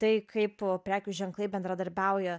tai kaip prekių ženklai bendradarbiauja